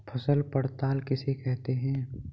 फसल पड़ताल किसे कहते हैं?